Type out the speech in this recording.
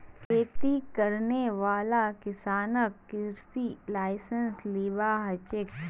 खेती करने वाला किसानक कृषि लाइसेंस लिबा हछेक